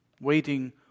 Waiting